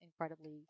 incredibly